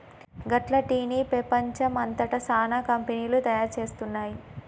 గట్ల టీ ని పెపంచం అంతట సానా కంపెనీలు తయారు చేస్తున్నాయి